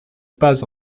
pas